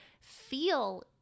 feel